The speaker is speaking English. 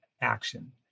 action